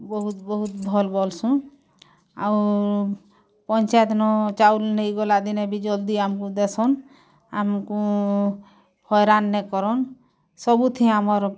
ବହୁତ ବହୁତ ଭଲ୍ ବୋଲ୍ସୁ ଆଉ ପଞ୍ଚାୟତ ନୁ ଚାଉଲ୍ ନେଇ ଗଲା ଦିନେ ବି ଜଲ୍ଦି ଆମକୁ ଦେଶନ୍ ଆମକୁ ହଇରାଣ ନେଇ କରନ୍ ସବୁଥି ଆମର୍